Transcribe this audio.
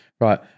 Right